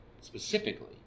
specifically